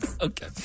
Okay